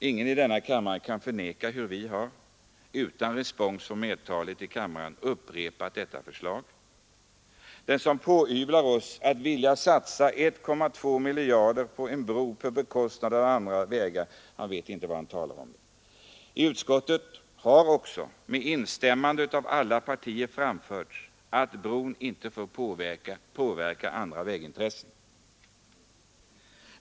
Ingen i denna kammare kan förneka hur vi, utan respons från mertalet i kammaren, upprepat detta förslag. Den som pådyvlar oss att vilja satsa 1,2 miljarder på en bro på bekostnad av andra vägar han vet inte vad han talar om. I utskottet har också, med instämmande av alla partier, framförts att bron inte får påverka andra vägintressen.